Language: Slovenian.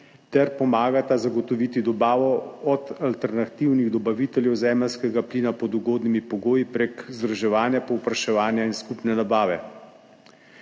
ter pomagata zagotoviti dobavo od alternativnih dobaviteljev zemeljskega plina pod ugodnimi pogoji preko združevanja povpraševanja in skupne nabave.«